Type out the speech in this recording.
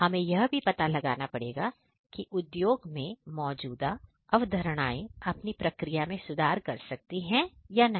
हमें यह भी पता लगाना पड़ेगा कि उद्योग में मौजूदा अवधारणाएं अपनी प्रक्रिया में सुधार कर सकती हैं या नहीं